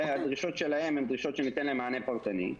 הדרישות שלהם הם דרישות שניתן להם מענה פרטני.